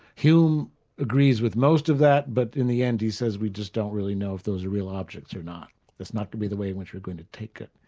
hume agrees with most of that, but in the end he says we just don't really know if those are real objects or not it's not to be the way in which we're going to take it.